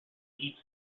eat